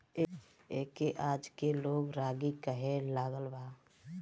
एके आजके लोग रागी कहे लागल बा